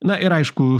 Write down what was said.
na ir aišku